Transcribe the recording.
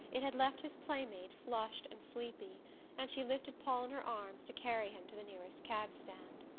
it had left his playmate flushed and sleepy and she lifted paul in her arms to carry him to the nearest cab-stand.